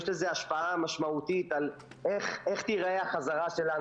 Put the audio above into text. יש לזה השפעה משמעותית על איך תיראה החזרה שלנו.